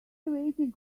waiting